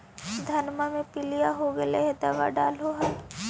धनमा मे पीलिया हो गेल तो दबैया डालो हल?